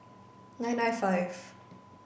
nine nine five